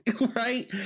right